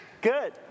Good